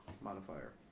modifier